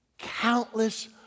countless